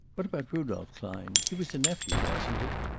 what about rudolph klein? he was a nephew, wasn't he?